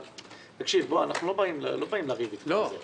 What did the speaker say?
אנחנו לא באים לריב אתכם על זה,